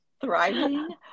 thriving